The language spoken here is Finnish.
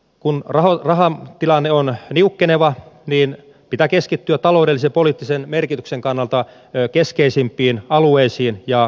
kun rahatilanne on niukkeneva niin pitää keskittyä taloudellisen ja poliittisen merkityksen kannalta keskeisimpiin alueisiin ja maihin